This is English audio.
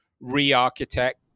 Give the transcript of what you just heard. re-architect